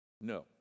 No